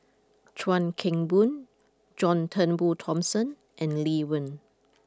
Chuan Keng Boon John Turnbull Thomson and Lee Wen